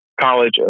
college